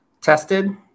tested